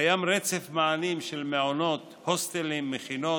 קיים רצף מענים של מעונות, הוסטלים, מכינות,